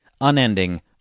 unending